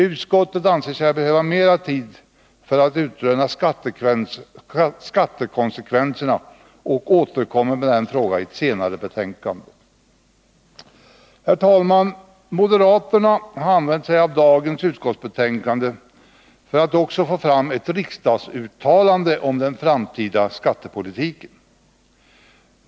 Utskottet anser sig behöva mera tid för att utröna skattekonsekvenserna och återkommer till denna fråga i ett senare betänkande. Herr talman! Moderaterna har använt sig av dagens utskottsbetänkande för att också få fram ett riksdagsuttalande om den framtida skattepolitiken.